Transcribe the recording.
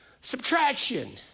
subtraction